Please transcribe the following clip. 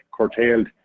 curtailed